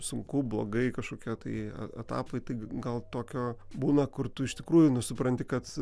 sunku blogai kažkokie tai etapai tik gal tokio būna kur tu iš tikrųjų nu supranti kad